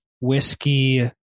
whiskey